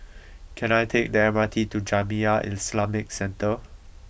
can I take the M R T to Jamiyah Islamic Centre